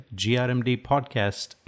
grmdpodcast